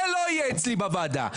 זה לא יהיה אצלי בוועדה.